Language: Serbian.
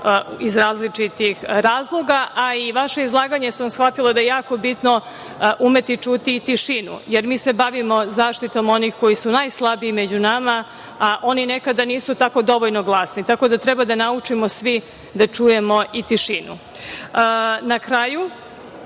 iz različitih razloga, a i vaše izlaganje sam shvatila da je jako bitno umeti i čuti i tišinu, jer mi se bavimo zaštitom onih koji su najslabiji među nama, a oni nekada nisu tako dovoljno glasni. Tako da treba da naučimo svi da čujemo i tišinu. Na kraju,